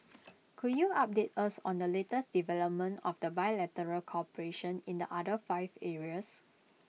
can you update us on the latest development of the bilateral cooperation in the other five areas